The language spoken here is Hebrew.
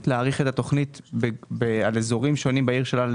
להאריך את התכנית על אזורים שונים בעיר שלה,